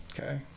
Okay